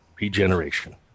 Regeneration